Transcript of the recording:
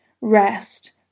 rest